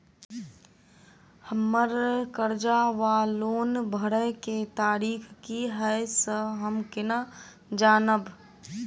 हम्मर कर्जा वा लोन भरय केँ तारीख की हय सँ हम केना जानब?